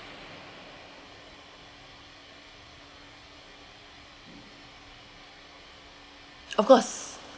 of course